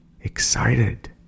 excited